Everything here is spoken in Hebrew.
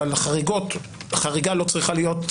אבל החריגה לא צריכה להיות,